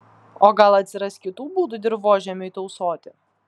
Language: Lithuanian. o gal atsiras kitų būdų dirvožemiui tausoti